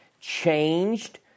changed